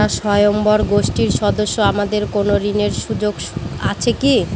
আমরা স্বয়ম্ভর গোষ্ঠীর সদস্য আমাদের কোন ঋণের সুযোগ আছে কি?